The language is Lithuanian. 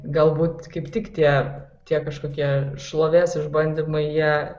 galbūt kaip tik tie tie kažkokie šlovės išbandymai jie